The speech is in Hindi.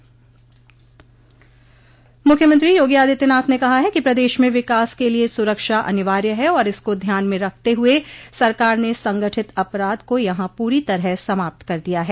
मुख्यमंत्री योगी आदित्यनाथ ने कहा है कि प्रदेश में विकास के लिये सुरक्षा अनिवार्य है और इसको ध्यान में रखते हुए सरकार ने संगठित अपराध को यहां पूरी तरह समाप्त कर दिया है